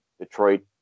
Detroit